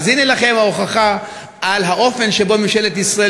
אז הנה לכם ההוכחה לאופן שבו ממשלת ישראל